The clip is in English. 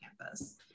campus